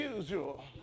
usual